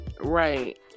Right